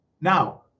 Now